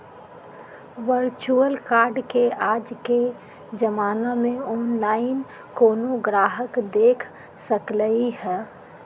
virtual card के आज के जमाना में ऑनलाइन कोनो गाहक देख सकलई ह